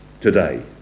today